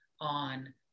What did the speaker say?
on